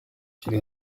kiri